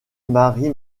marie